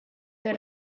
they